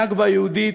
הנכבה היהודית,